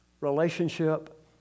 relationship